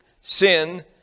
sin